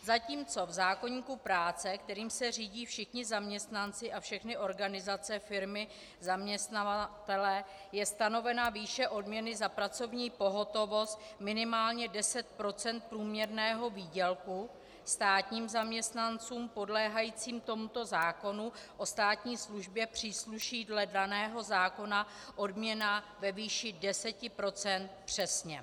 Zatímco v zákoníku práce, kterým se řídí všichni zaměstnanci a všechny organizace, firmy, zaměstnavatelé, je stanovena výše odměny za pracovní pohotovost minimálně 10 % průměrného výdělku, státním zaměstnancům podléhajícím tomuto zákonu o státní službě přísluší dle daného zákona odměna ve výši 10 % přesně.